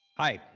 hi.